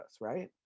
right